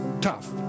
tough